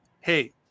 hey